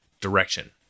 direction